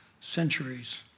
centuries